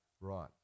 right